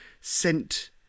sent